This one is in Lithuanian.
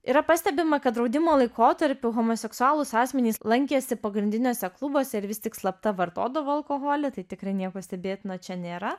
yra pastebima kad draudimo laikotarpiu homoseksualūs asmenys lankėsi pagrindiniuose klubuose ir vis tik slapta vartodavo alkoholį tai tikrai nieko stebėtino čia nėra